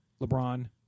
LeBron